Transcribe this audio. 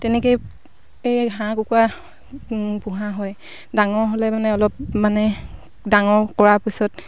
তেনেকৈয়ে এই হাঁহ কুকুৰা পোহা হয় ডাঙৰ হ'লে মানে অলপ মানে ডাঙৰ কৰাৰ পিছত